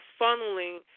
funneling